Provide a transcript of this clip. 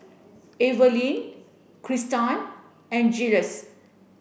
Evalyn Kristan and Jiles